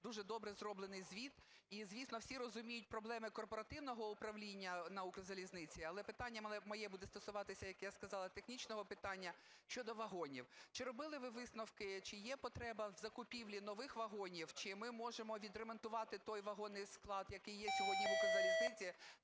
дуже добре зроблений звіт. І, звісно, всі розуміють проблеми корпоративного управління на Укрзалізниці, але питання моє буде стосуватися, як я сказала, технічного питання: щодо вагонів. Чи робили ви висновки, чи є потреба в закупівлі нових вагонів, чи ми можемо відремонтувати той вагонний склад, який є сьогодні в Укрзалізниці